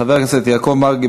חבר הכנסת יעקב מרגי,